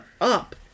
up